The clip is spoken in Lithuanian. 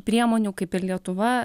priemonių kaip ir lietuva